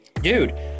dude